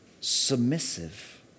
submissive